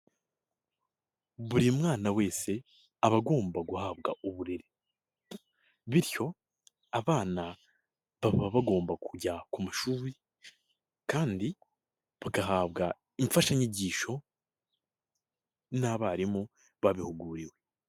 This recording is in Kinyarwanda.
Buri mwana wese aba agomba guhabwa uburere, bityo abana baba bagomba kujya ku mashuri kandi bagahabwa imfashanyigisho n'abarimu babihuguriwe.